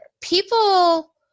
People